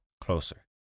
closer